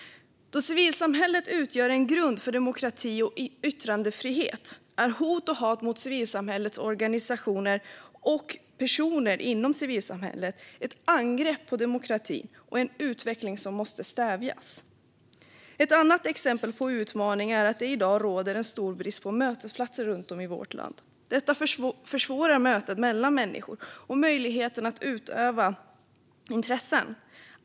Då civilsamhället utgör en grund för demokrati och yttrandefrihet är hot och hat mot civilsamhällets organisationer och personer inom civilsamhället ett angrepp på demokratin och en utveckling som måste stävjas. Ett annat exempel på utmaningar är att det i dag råder stor brist på mötesplatser runt om i vårt land. Detta försvårar mötet mellan människor och möjligheten att utöva intressen.